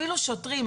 אפילו שוטרים,